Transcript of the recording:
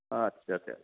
आथ्सा दे